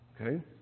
Okay